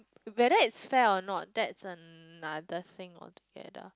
whether it's fair or not that's another thing all together